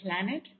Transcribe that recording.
planet